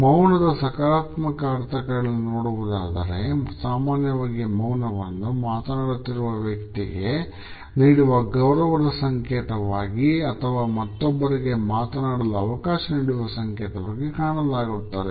ಮೌನದ ಸಕಾರಾತ್ಮಕ ಅರ್ಥಗಳನ್ನು ನೋಡುವುದಾದರೆ ಸಾಮಾನ್ಯವಾಗಿ ಮೌನವನ್ನು ಮಾತನಾಡುತ್ತಿರುವ ವ್ಯಕ್ತಿಗೆ ನೀಡುವ ಗೌರವದ ಸಂಕೇತವಾಗಿ ಅಥವಾ ಮತ್ತೊಬ್ಬರಿಗೆ ಮಾತನಾಡಲು ಅವಕಾಶ ನೀಡುವ ಸಂಕೇತವಾಗಿ ಕಾಣಲಾಗುತ್ತದೆ